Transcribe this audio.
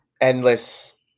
endless